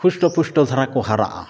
ᱦᱩᱥᱴᱚ ᱯᱩᱥᱴᱚ ᱫᱷᱟᱨᱟ ᱠᱚ ᱦᱟᱟᱨᱟᱜᱼᱟ